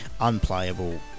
unplayable